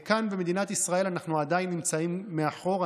כאן במדינת ישראל אנחנו עדיין נמצאים מאחור.